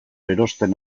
erosten